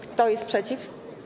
Kto jest przeciw?